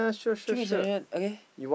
treat me Saizeriya okay